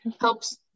helps